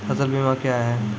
फसल बीमा क्या हैं?